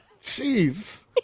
Jeez